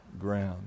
ground